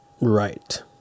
right